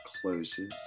closes